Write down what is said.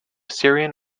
syrian